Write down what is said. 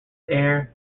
air